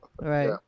right